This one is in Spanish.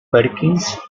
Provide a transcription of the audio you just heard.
perkins